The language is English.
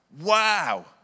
wow